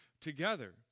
together